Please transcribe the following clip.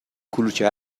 کلوچه